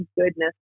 goodness